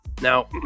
now